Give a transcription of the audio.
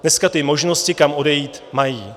Dneska ty možnosti, kam odejít, mají.